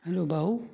hello Bhau